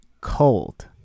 cold